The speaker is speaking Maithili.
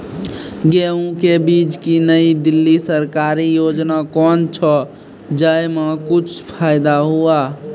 गेहूँ के बीज की नई दिल्ली सरकारी योजना कोन छ जय मां कुछ फायदा हुआ?